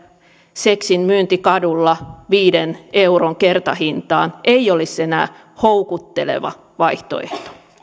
seksin myynti kadulla viiden euron kertahintaan ei olisi enää houkutteleva vaihtoehto arvoisa